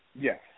Yes